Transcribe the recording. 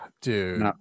dude